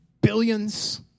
billions